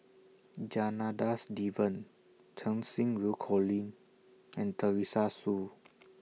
Janadas Devan Cheng Xinru Colin and Teresa Hsu